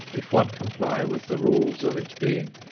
if one comply with the rules of its being.